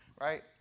right